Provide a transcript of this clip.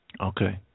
Okay